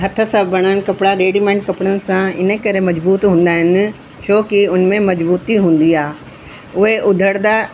हथ सां बणियल कपिड़ा रेडीमेड कपिड़नि सां इनकरे मज़बूत हूंदा आहिनि छो की हुन में मज़बूती हूंदी आहे उहे उधणंदा